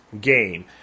game